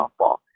softball